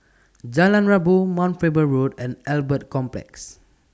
Jalan Rabu Mount Faber Road and Albert Complex